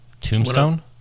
Tombstone